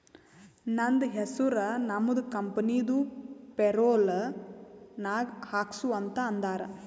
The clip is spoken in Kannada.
ನಂದ ಹೆಸುರ್ ನಮ್ದು ಕಂಪನಿದು ಪೇರೋಲ್ ನಾಗ್ ಹಾಕ್ಸು ಅಂತ್ ಅಂದಾರ